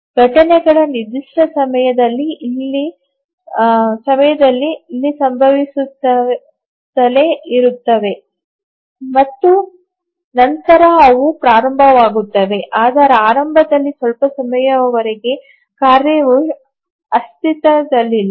ಘಟನೆಗಳು ನಿರ್ದಿಷ್ಟ ಸಮಯದಲ್ಲಿ ಇಲ್ಲಿ ಸಂಭವಿಸುತ್ತಲೇ ಇರುತ್ತವೆ ಮತ್ತು ನಂತರ ಅವು ಪ್ರಾರಂಭವಾಗುತ್ತವೆ ಆದರೆ ಆರಂಭದಲ್ಲಿ ಸ್ವಲ್ಪ ಸಮಯದವರೆಗೆ ಕಾರ್ಯವು ಅಸ್ತಿತ್ವದಲ್ಲಿಲ್ಲ